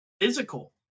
physical